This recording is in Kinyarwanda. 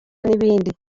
n’ibindi